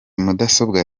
mudasobwa